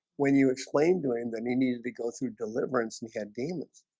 when you explained to him that he needed to go through deliverance and he had demons